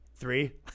three